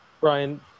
Brian